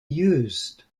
used